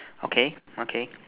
okay okay